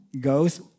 goes